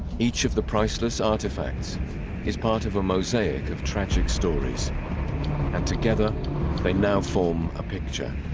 each of the priceless artifacts is part of a mosaic of tragic stories and together they now form a picture